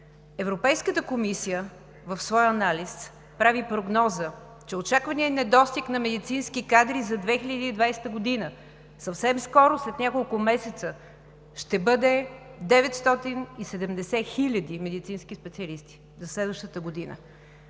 Европейската комисия в своя анализ прави прогноза, че очакваният недостиг на медицински кадри за 2020 г. – съвсем скоро, след няколко месеца, ще бъде 970 хиляди медицински специалисти за следващата година,